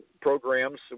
programs